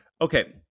okay